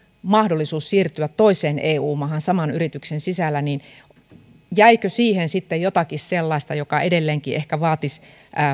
mahdollisuus siirtyä toiseen eu maahan saman yrityksen sisällä jäikö siihen sitten jotakin sellaista joka edelleenkin ehkä vaatisi